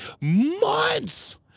months